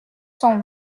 cent